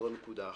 זו נקודה אחת.